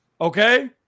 Okay